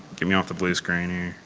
get me off the blue screen